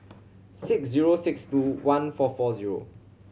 six zero six two one four four zero